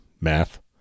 Math